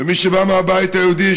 למי שבא מהבית היהודי,